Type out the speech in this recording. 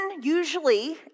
usually